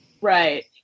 Right